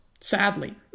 sadly